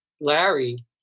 Larry